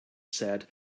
said